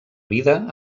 vida